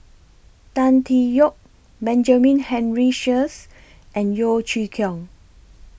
Tan Tee Yoke Benjamin Henry Sheares and Yeo Chee Kiong